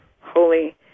holy